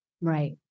Right